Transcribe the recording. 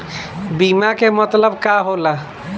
बीमा के मतलब का होला?